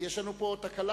יש לנו פה תקלה.